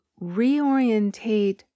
reorientate